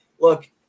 look